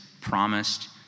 promised